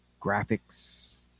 graphics